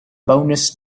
bonus